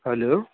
hello